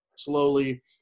Slowly